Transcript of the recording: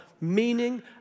meaning